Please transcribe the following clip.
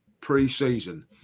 pre-season